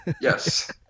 Yes